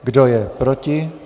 Kdo je proti?